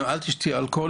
אל תשתי אלכוהול",